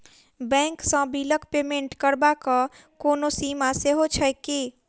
Bank सँ बिलक payment करबाक कोनो सीमा सेहो छैक की?